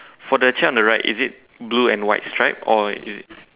for the chair on the right is it blue and white striped or is it